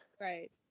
Right